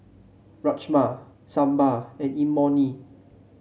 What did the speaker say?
Rajma Sambar and Imoni